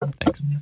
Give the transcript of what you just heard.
Thanks